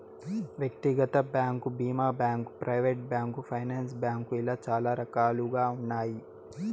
వ్యక్తిగత బ్యాంకు భీమా bank, private bank, finance bank ఇలా చాలా రకాలుగా ఉన్నాయి